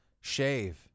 Shave